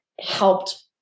helped